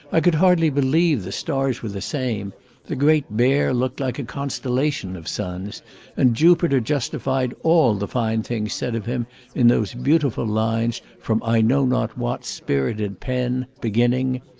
i could hardly believe the stars were the same the great bear looked like a constellation of suns and jupiter justified all the fine things said of him in those beautiful lines from i know not what spirited pen, beginning,